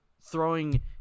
throwing –